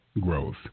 growth